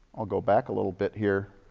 um go back a little bit here.